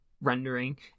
rendering